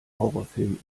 horrorfilmen